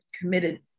committed